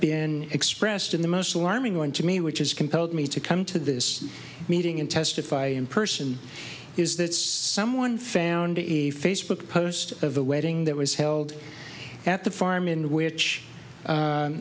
been expressed in the most alarming one to me which is compelled me to come to this meeting and testify in person is that someone found a facebook post of the wedding that was held at the farm in which